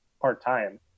part-time